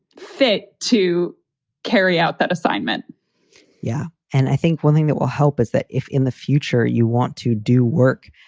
fit to carry out that assignment yeah, and i think one thing that will help is that if in the future you want to do work,